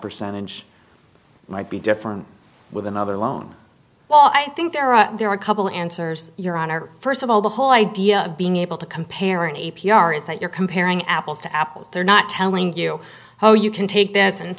percentage might be different with another loan well i think there are there are a couple answers your honor first of all the whole idea of being able to compare an a p r is that you're comparing apples to apples they're not telling you oh you can take this and